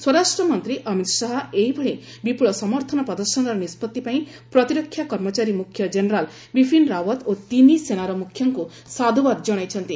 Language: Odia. ସ୍ୱରାଷ୍ଟ୍ର ମନ୍ତ୍ରୀ ଅମିତ୍ ଶାହା ଏହିଭଳି ବିପୁଳ ସମର୍ଥନ ପ୍ରଦର୍ଶନର ନିଷ୍କଭି ପାଇଁ ପ୍ରତିରକ୍ଷା କର୍ମଚାରୀ ମୁଖ୍ୟ ଜେନେରାଲ୍ ବିପିନ୍ ରାଓ୍ୱତ୍ ଓ ତିନି ସେନାର ମୁଖ୍ୟଙ୍କୁ ସାଧୁବାଦ ଜଣାଇଛନ୍ତି